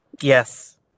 Yes